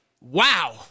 Wow